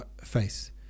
face